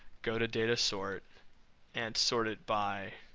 go to data sort and sort it by